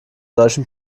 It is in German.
deutschen